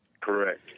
Correct